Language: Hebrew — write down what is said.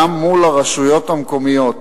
גם מול הרשויות המקומיות